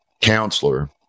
counselor